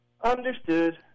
Understood